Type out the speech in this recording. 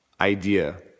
idea